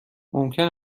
ممکن